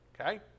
Okay